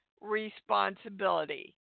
responsibility